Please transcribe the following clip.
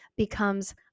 becomes